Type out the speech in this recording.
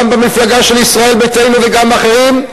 גם במפלגה ישראל ביתנו וגם אחרים,